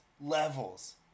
levels